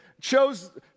chose